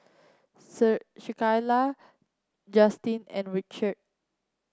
Justin and Richelle